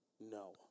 No